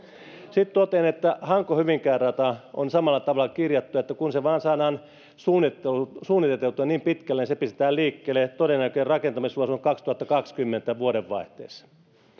sitten totean että hanko hyvinkää rata on samalla tavalla kirjattu eli kun se vain saadaan suunniteltua niin pitkälle niin se pistetään liikkeelle todennäköinen rakentamisvuosi on kaksituhattakaksikymmentä vuodenvaihteessa